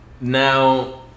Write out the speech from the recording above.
Now